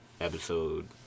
episode